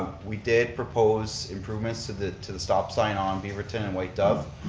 we did propose improvements to the to the stop sign on beaverton and white dove,